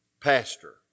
pastor